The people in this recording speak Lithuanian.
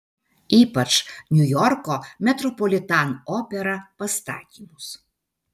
ypač niujorko metropolitan opera pastatymus